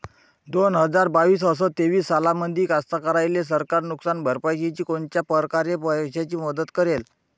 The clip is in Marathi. दोन हजार बावीस अस तेवीस सालामंदी कास्तकाराइले सरकार नुकसान भरपाईची कोनच्या परकारे पैशाची मदत करेन?